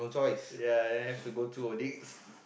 ya then have to go through audits